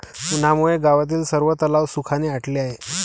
उन्हामुळे गावातील सर्व तलाव सुखाने आटले आहेत